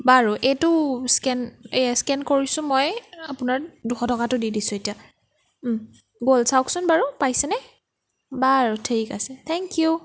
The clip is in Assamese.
বাৰু এইটো স্কেন এইয়া স্কেন কৰিছোঁ মই আপোনাৰ দুশ টকাটো দি দিছোঁ এতিয়া গ'ল চাওকচোন বাৰু পাইছেনে বাৰু ঠিক আছে ঠেংক ইউ